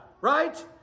right